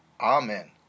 Amen